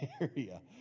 area